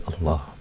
Allah